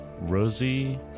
Rosie